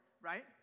right